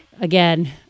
again